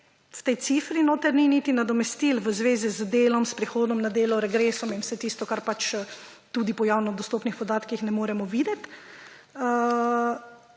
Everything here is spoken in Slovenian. v tej cifri notri ni niti nadomestil v zvezi z delom, s prihodom na delo, regresom in vse tisto, kar pač tudi po javno dostopnih podatkih ne moremo videti.